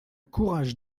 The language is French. courage